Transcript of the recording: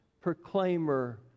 proclaimer